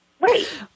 wait